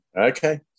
Okay